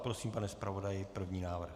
Prosím, pane zpravodaji, první návrh.